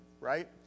right